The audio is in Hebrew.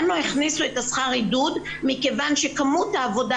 לנו הכניסו את השכר עידוד מכיוון שכמות העבודה